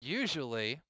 usually